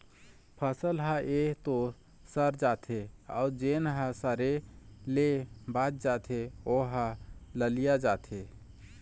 फसल ह य तो सर जाथे अउ जेन ह सरे ले बाच जाथे ओ ह ललिया जाथे